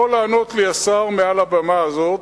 יכול לענות לי השר מעל הבמה הזאת,